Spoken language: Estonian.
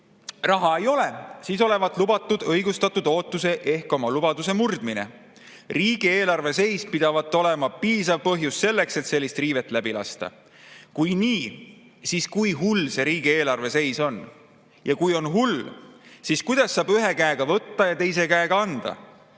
raha ei ole, siis olevat lubatud õigustatud ootuse ehk oma lubaduse murdmine. Riigieelarve seis pidavat olema piisav põhjus, et sellist riivet läbi lasta. Kui nii, siis kui hull see riigieelarve seis on? Ja kui on hull, siis kuidas saab ühe käega võtta ja teise käega anda?